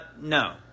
No